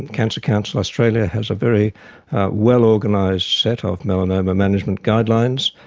cancer council australia has a very well organised set of melanoma management guidelines,